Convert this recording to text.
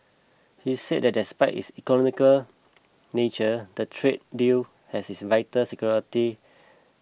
he said that despite its economic nature the trade deal has its vital security